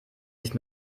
nicht